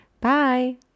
Bye